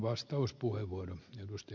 arvoisa puhemies